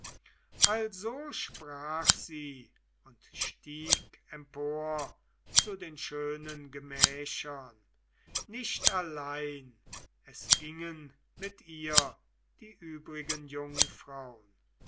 also sprach sie und stieg empor zu den schönen gemächern nicht allein es gingen mit ihr die übrigen jungfraun